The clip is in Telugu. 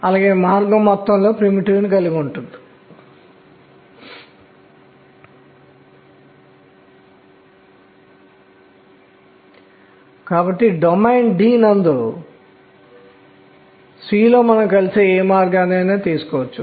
అయస్కాంత క్షేత్రంలోని పరమాణువుల స్పెక్ట్రోస్కోపీ ద్వారా ఎనర్జీ స్థాయిలో ఎనర్జీ స్థితిలో మనం అనేక స్థాయిలను కనుగొనవచ్చు